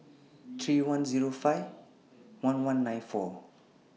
three one Zero five one one nine four